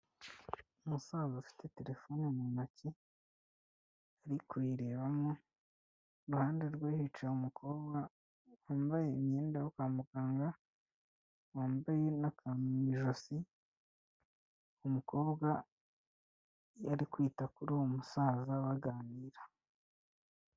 Umusaza ufite telefone mu ntoki ari kuyirebamo. Iruhande rwe hicaye umukobwa wambaye imyenda yo kwa muganga, wambaye na kantu mu ijosi. Umukobwa yari kwita kuri uwo musaza baganira.